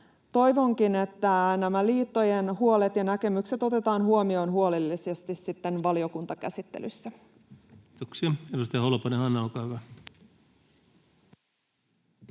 Toivonkin, että nämä liittojen huolet ja näkemykset otetaan huomioon huolellisesti sitten valiokuntakäsittelyssä. Kiitoksia. — Edustaja Holopainen, Hanna, olkaa hyvä.